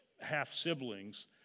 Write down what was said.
half-siblings